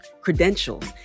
credentials